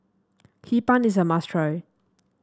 Hee Pan is a must try